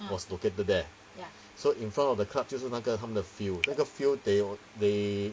was located there so in front of the club 就是那个他们的 field 那个 field they will they